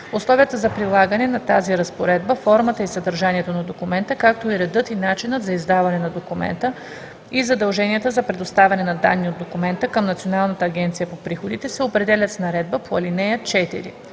Условията за прилагане на тази разпоредба, формата и съдържанието на документа, както и редът и начинът за издаване на документа и задълженията за предоставяне на данни от документа към Националната агенция за приходите се определят с наредбата по ал.